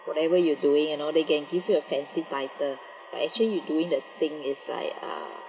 whatever you doing you know they can give you a fancy title but actually you doing the thing is like ah